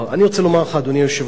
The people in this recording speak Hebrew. אני רוצה לומר לך, אדוני היושב-ראש,